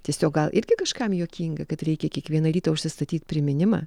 tiesiog gal irgi kažkam juokinga kad reikia kiekvieną rytą užsistatyt priminimą